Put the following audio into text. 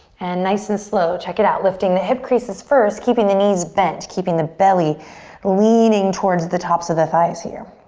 and nice and slow, check it out, lifting the hips creases first keeping the knees bent, keeping the belly leaning towards the tops of the thighs here.